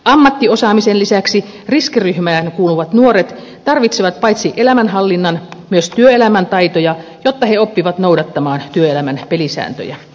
ammattiosaamisen lisäksi riskiryhmään kuuluvat nuoret tarvitsevat paitsi elämänhallinnan myös työelämän taitoja jotta he oppivat noudattamaan työelämän pelisääntöjä